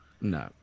no